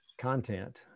content